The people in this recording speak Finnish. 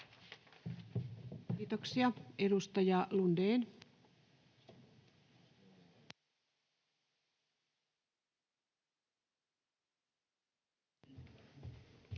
Kiitoksia. — Edustaja Lundén. [Speech